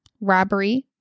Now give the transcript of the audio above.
robbery